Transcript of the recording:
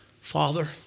Father